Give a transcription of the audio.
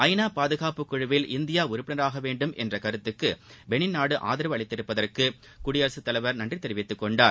ஐ நா பாதுகாப்புக் குழுவில் இந்தியா உறுப்பினராக வேண்டுமென்ற கருத்துக்கு பெனின் நாடு ஆதரவு அளித்துள்ளதற்கு குடியரசுத் தலைவர் நன்றி தெரிவித்துக் கொண்டார்